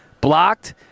blocked